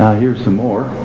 here's some more,